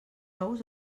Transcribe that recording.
ous